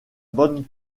bonne